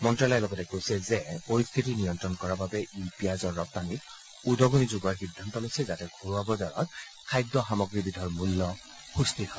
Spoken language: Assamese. মন্ত্যালয়ে লগতে কৈছে যে পৰিস্থিতি নিয়ন্ত্ৰণ কৰাৰ বাবে ই পিয়াজৰ ৰপ্তানীত উদগণি যোগোৱাৰ সিদ্ধান্ত লৈছে যাতে ঘৰুৱা বজাৰত খাদ্য সামগ্ৰীবিধৰ মূল্য সুস্থিৰ হয়